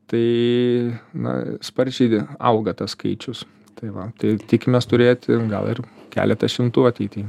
tai na sparčiai auga tas skaičius tai va tai tikimės turėti gal ir keleta šimtų ateity